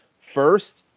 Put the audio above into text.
first